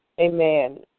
amen